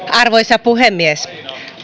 arvoisa puhemies